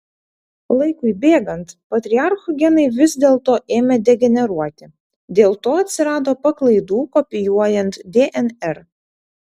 laikui bėgant patriarchų genai vis dėlto ėmė degeneruoti dėl to atsirado paklaidų kopijuojant dnr